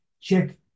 check